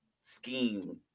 scheme